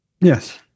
Yes